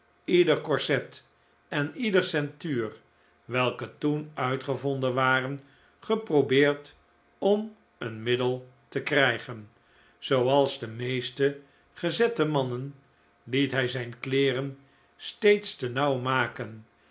ieder corset en iedere ceintuur welke toen uitgevonden waren geprobeerd om een middel te krygen zooals de meeste gezette mannen liet hij zijn kleeren steeds te nauw maken